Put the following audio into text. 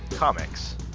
comics